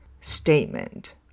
statement